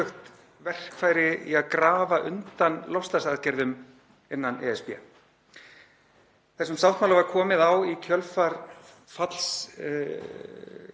verkfæri til að grafa undan loftslagsaðgerðum innan ESB. Þessum sáttmála var komið á í kjölfar